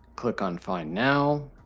click on find now,